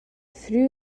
threw